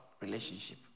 relationship